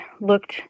looked